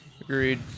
Agreed